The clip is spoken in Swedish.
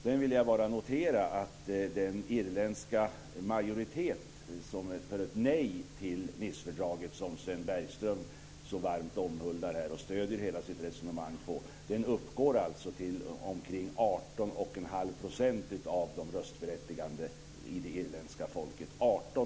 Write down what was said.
Sedan vill jag bara notera att den irländska majoritet som är för ett nej till Nicefördraget och som Sven Bergström så varmt omhuldar och stöder hela sitt resonemang på uppgår till omkring 18 1⁄2 % av de röstberättigade bland det irländska folket.